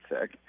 sick